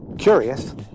curious